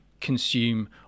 consume